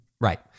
Right